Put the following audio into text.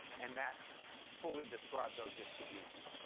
and that fully describes our distribution.